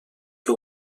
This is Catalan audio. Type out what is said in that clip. que